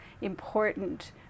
important